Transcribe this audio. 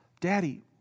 Daddy